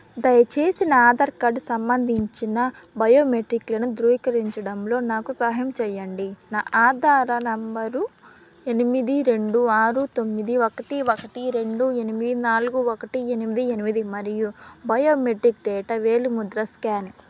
దయచేసి నా ఆధార్ కార్డ్ సంబంధించిన బయోమెట్రిక్లను ధృవీకరించడంలో నాకు సహాయం చేయండి నా ఆధార నెంబరు ఎనిమిది రెండు ఆరు తొమ్మిది ఒకటి ఒకటి రెండు ఎనిమిది నాలుగు ఒకటి ఎనిమిది ఎనిమిది మరియు బయోమెటిక్ డేటా వేలిముద్ర స్కాన్